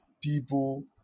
people